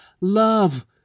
Love